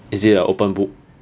is it an open book